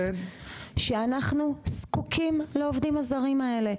שאנחנו זקוקים לעובדים הזרים האלה.